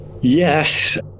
Yes